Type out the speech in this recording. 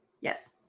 Yes